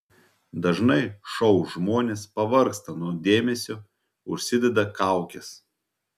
dažnai šou žmonės pervargsta nuo dėmesio užsideda kaukes